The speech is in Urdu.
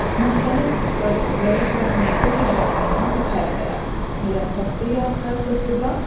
مختلف برش تکنیکوں کے بارے میں بھی سکھایا گیا میرا سب سے یادگار تجربہ